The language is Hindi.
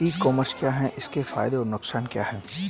ई कॉमर्स क्या है इसके फायदे और नुकसान क्या है?